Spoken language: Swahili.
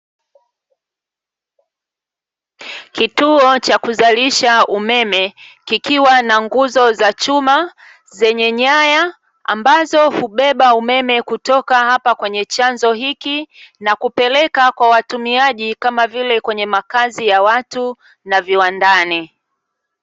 Kituo cha kuzalisha umeme kikiwa na nguzo za chuma zenye nyaya ambazo hubeba umeme kutoka hapa kwenye chanzo hiki na kupeleka kwa watumiaji kama vile kwenye makazi ya watu na viwandani.